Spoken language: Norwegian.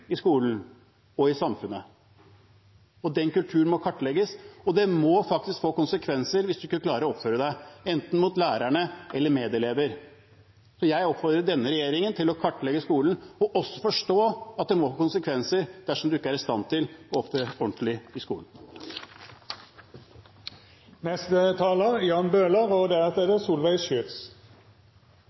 i skolen og i samfunnet. Den kulturen må kartlegges, og det må faktisk få konsekvenser hvis man ikke klarer å oppføre seg – enten mot lærere eller medelever. Jeg oppfordrer denne regjeringen til å kartlegge skolen og også forstå at det må få konsekvenser dersom man ikke er i stand til å oppføre seg ordentlig i skolen. Jeg vil si tusen takk til representanten Tetzschner for en veldig god interpellasjon og